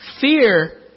Fear